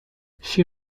she